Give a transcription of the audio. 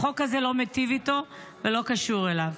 החוק הזה לא מיטיב איתו ולא קשור אליו.